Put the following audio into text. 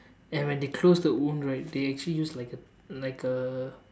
and when they close the wound right they actually use like a like a